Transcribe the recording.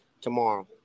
tomorrow